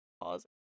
pause